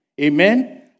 Amen